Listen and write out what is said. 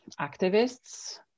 activists